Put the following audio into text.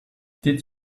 did